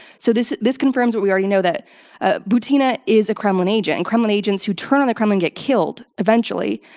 so, this this confirms what we already know, that ah butina is a kremlin agent, and kremlin agents who turn on the kremlin get killed eventually.